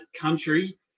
country